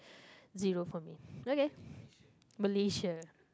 zero for me okay Malaysia